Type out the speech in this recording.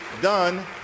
done